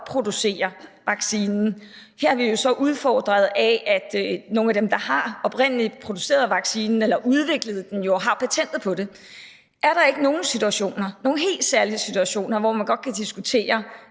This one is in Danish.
producere vaccinen. Her er vi jo så udfordret af, at nogle af dem, der oprindelig har produceret vaccinen – eller udviklet den – har patentet på den. Er der ikke nogle situationer, nogle helt særlige situationer, hvor man godt kan diskutere